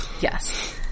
Yes